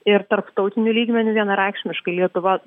ir tarptautiniu lygmeniu vienareikšmiškai lietuva